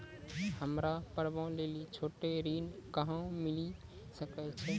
हमरा पर्वो लेली छोटो ऋण कहां मिली सकै छै?